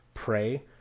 pray